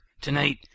tonight